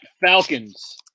Falcons